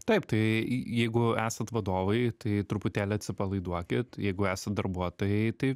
taip tai jeigu esat vadovai tai truputėlį atsipalaiduokit jeigu esat darbuotojai tai